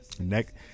Next